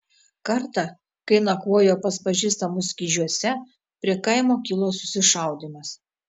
kartą kai nakvojo pas pažįstamus kižiuose prie kaimo kilo susišaudymas